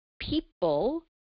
people